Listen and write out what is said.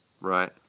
Right